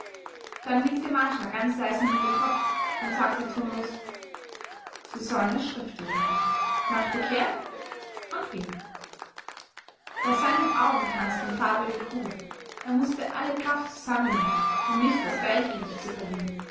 dann nickte marschner ganz leise mit dem kopf und sagte tonlos sie sollen es schriftlich haben machte kehrt und ging vor seinen augen tanzten farbige kugeln er mußte alle kraft zusammennehmen um nicht das gleichgewicht zu verlieren